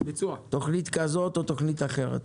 תוכנית כזאת או תוכנית אחרת.